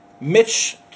Mitch